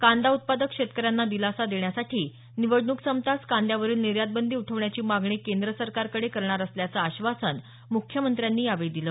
कांदा उत्पादक शेतकऱ्यांना दिलासा देण्यासाठी निवडणूक संपताच कांद्यावरील निर्यात बंदी उठवण्याची मागणी केंद्र सरकारकडे करणार असल्याचं आश्वासन म्ख्यमंत्र्यांनी यावेळी दिलं